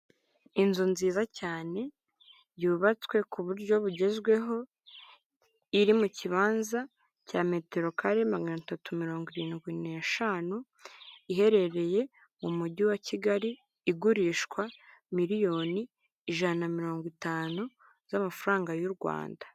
Inzu nziza cyane, yubatswe ku buryo bugezweho, iri mu kibanza cya metero kare magana atatu mirongo irindwi n'eshanu, iherereye mu mujyi wa Kigali, igurishwa miliyoni ijana na mirongo itanu z'amafaranga y'u Rwanda.